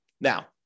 Now